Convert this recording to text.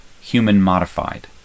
human-modified